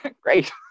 Great